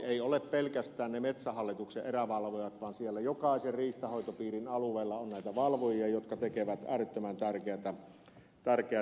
ei ole pelkästään ne metsähallituksen erävalvojat vaan siellä jokaisen riistanhoitopiirin alueella on näitä valvojia jotka tekevät äärettömän tärkeätä työtä